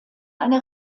eine